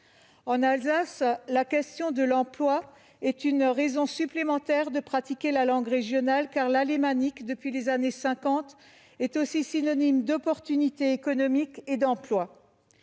En Alsace, la question de l'emploi est une raison supplémentaire de pratiquer la langue régionale, car l'alémanique, depuis les années 1950, est aussi synonyme d'opportunités économiques et d'emploi.